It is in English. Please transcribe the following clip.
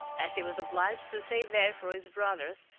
as he was obliged to stay there for his brothers,